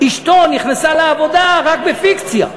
אשתו נכנסה לעבודה רק בפיקציה.